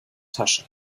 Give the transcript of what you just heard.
tasche